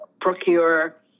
procure